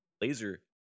laser